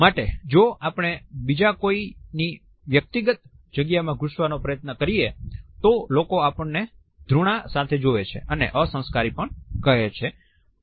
માટે જો આપણે બીજા કોઈની વ્યક્તિગત જગ્યામાં ઘૂસવાનો પ્રયન્ત કરીએ તો લોકો આપણને ધ્રુણા સાથે જોવે છે અને અસંસ્કારી કહે છે